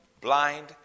blind